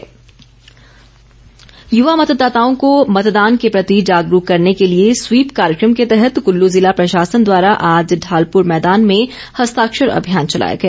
SVEEP कार्यक्रम युवा मतदाताओं को मतदान के प्रति जागरूक करने के लिए स्वीप कार्यक्रम के तहत कुल्लू ज़िला प्रशासन द्वारा आज ढालपुर मैदान में हस्ताक्षर अभियान चलाया गया